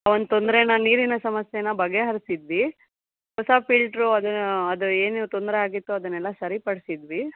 ಆ ಒಂದು ತೊಂದರೆನ ನೀರಿನ ಸಮಸ್ಯೆನ ಬಗೆಹರಿಸಿದ್ವಿ ಹೊಸ ಫಿಲ್ಟ್ರು ಅದು ಅದು ಏನು ತೊಂದರೆ ಆಗಿತ್ತು ಅದನ್ನೆಲ್ಲ ಸರಿಪಡಿಸಿದ್ವಿ